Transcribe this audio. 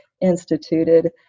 instituted